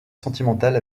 sentimentale